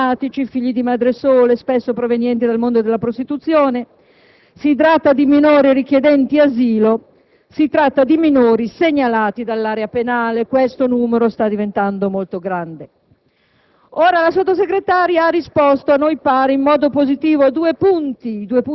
si tratta di minori stranieri appartenenti a nuclei familiari irregolari, molto problematici, figli di madri sole, spesso provenienti dal mondo della prostituzione; si tratta di minori richiedenti asilo, si tratta di minori segnalati dall'area penale (questo numero sta diventando molto grande).